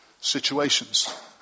situations